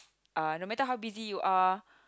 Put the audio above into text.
uh no matter how busy you are